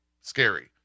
scary